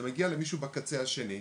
זה מגיע למישהו בקצה השני.